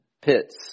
pits